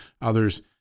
others